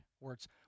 words